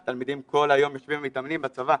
תלמידים כל היום יושבים ומתאמנים לצבא,